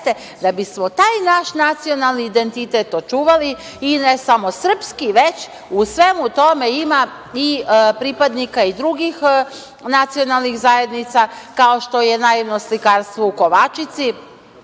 da bismo taj naš nacionalni identitet očuvali. I, ne samo srpski, već u svemu tome ima i pripadnika i drugih nacionalnih zajdenica, kao što je naivno slikarstvo u Kovačici